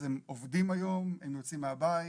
אז הם עובדים היום, הם יוצאים מהבית.